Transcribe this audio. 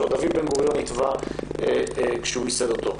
שעוד דוד בן גוריון התווה כשהוא ייסד אותו.